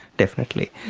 definitely.